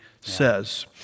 says